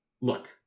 look